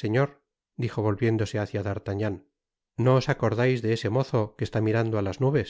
señor dijo volviéndose hácia d'artagnan no os acordais de ese mozo que está mirando á las nubes